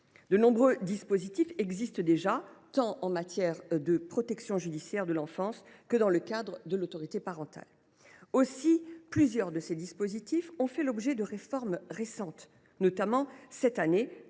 De nombreux dispositifs existent déjà, tant en matière de protection judiciaire de l’enfance que dans le cadre de l’autorité parentale. Plusieurs de ces dispositifs ont, du reste, fait l’objet de réformes récentes, notamment cette année au